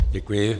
Děkuji.